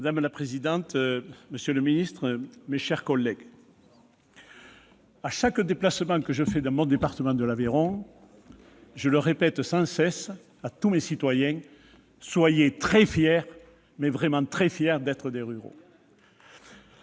Madame la présidente, monsieur le ministre, mes chers collègues, à chaque déplacement dans mon département de l'Aveyron, je ne cesse de répéter à tous mes concitoyens :« Soyez très fiers, vraiment très fiers, d'être des ruraux